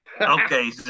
Okay